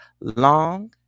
long